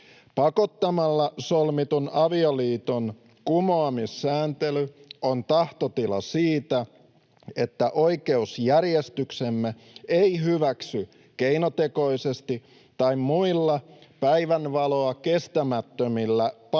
Pakottamalla solmitun avioliiton kumoamissääntely on tahtotila siitä, että oikeusjärjestyksemme ei hyväksy keinotekoisesti tai muilla päivänvaloa kestämättömillä pakkotoimilla